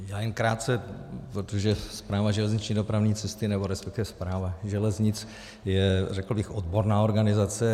Já jen krátce, protože Správa železniční dopravní cesty nebo respektive Správa železnic je, řekl bych, odborná organizace.